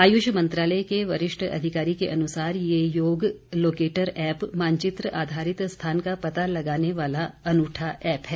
आयुष मंत्रालय के वरिष्ठ अधिकारी के अनुसार यह योग लोकेटर एप मानचित्र आधारित स्थान का पता लगाने वाला अनूठा ऐप है